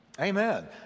Amen